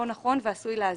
לא נכון ואף עשוי להזיק.